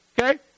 Okay